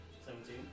Seventeen